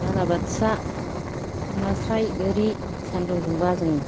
बालाबाथिया नास्राय गोरि सान्दुं दुंबा जोङो